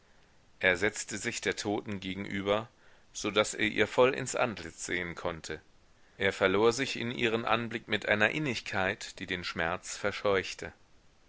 er setzte sich der toten gegenüber so daß er ihr voll ins antlitz sehen konnte er verlor sich in ihren anblick mit einer innigkeit die den schmerz verscheuchte